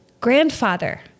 Grandfather